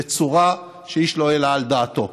בצורה שאיש לא העלה על דעתו.